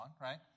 right